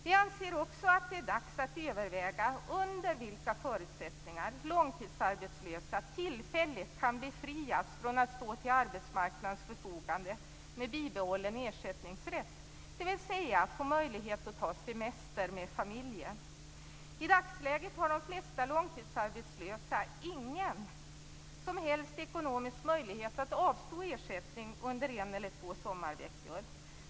Vi anser också att det är dags att överväga under vilka förutsättningar långtidsarbetslösa tillfälligt kan befrias från skyldigheten att stå till arbetsmarknadens förfogande med bibehållen ersättningsrätt, dvs. att få möjlighet att ta semester med familjen. I dagsläget har de flesta långtidsarbetslösa ingen som helst ekonomisk möjlighet att avstå från ersättning under en eller två sommarveckor.